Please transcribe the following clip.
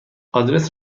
آدرس